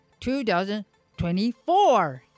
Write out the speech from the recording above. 2024